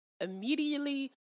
immediately